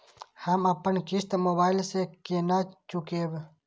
हम अपन किस्त मोबाइल से केना चूकेब?